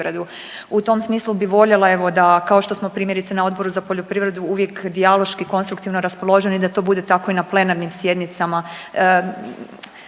U tom smislu bih voljela evo da kao što smo primjerice na Odboru za poljoprivredu uvijek dijaloški, konstruktivno raspoloženi, da to bude tako i na plenarnim sjednicama,